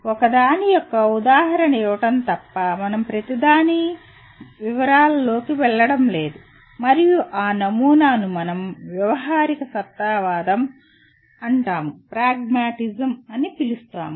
ఒకదాని యొక్క ఉదాహరణ ఇవ్వడం తప్ప మనం ప్రతి దాని వివరాల లోకి వెళ్ళడం లేదు మరియు ఆ నమూనాను మనం "వ్యావహారికసత్తావాదం" అని పిలుస్తాము